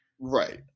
Right